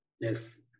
Yes